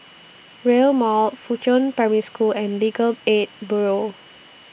Rail Mall Fuchun Primary School and Legal Aid Bureau